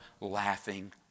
laughing